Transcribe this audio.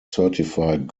certified